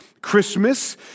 Christmas